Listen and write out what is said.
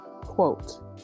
Quote